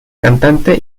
cantante